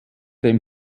dem